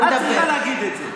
את צריכה להגיד את זה.